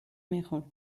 mejor